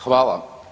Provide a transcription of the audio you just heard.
Hvala.